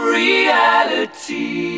reality